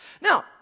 Now